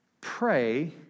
pray